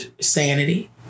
sanity